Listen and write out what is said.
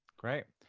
great.